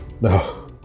No